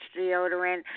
deodorant